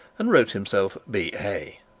and wrote himself b a,